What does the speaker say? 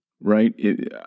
right